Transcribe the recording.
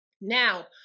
Now